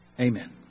Amen